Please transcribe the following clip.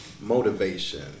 motivation